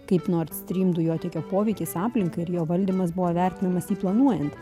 kaip nors stream dujotiekio poveikis aplinkai ir jo valdymas buvo vertinamas neplanuojant